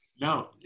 No